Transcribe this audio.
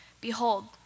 Behold